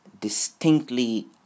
distinctly